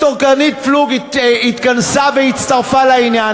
ושכוח גדול יבטלו את הנטל, אני כל כך הגון.